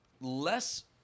less